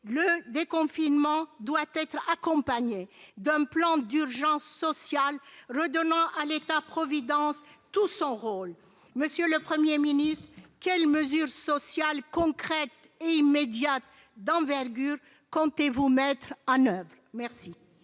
Le déconfinement doit être accompagné d'un plan d'urgence sociale redonnant à l'État-providence tout son rôle. Monsieur le Premier ministre, quelles mesures sociales concrètes et immédiates d'envergure comptez-vous mettre en oeuvre ?